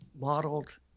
modeled